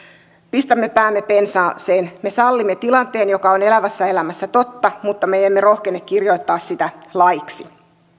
pistämme päämme pensaaseen me sallimme tilanteen joka on elävässä elämässä totta mutta me emme rohkene kirjoittaa sitä laiksi